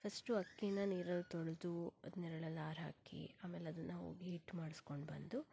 first ಅಕ್ಕಿನ ನೀರಲ್ಲಿ ತೊಳೆದು ನೆರಳಲ್ಲಿ ಆರಿಹಾಕಿ ಆಮೇಲೆ ಅದನ್ನು ಹೋಗಿ ಹಿಟ್ಟು ಮಾಡಿಸ್ಕೊಂಡು ಬಂದು